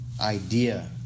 idea